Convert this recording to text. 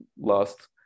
last